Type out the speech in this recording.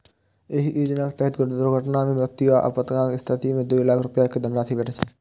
एहि योजनाक तहत दुर्घटना मे मृत्यु आ अपंगताक स्थिति मे दू लाख रुपैया के धनराशि भेटै छै